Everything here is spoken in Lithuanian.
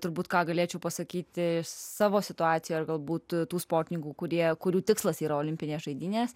turbūt ką galėčiau pasakyti savo situaciją ar galbūt tų sportininkų kurie kurių tikslas yra olimpinės žaidynės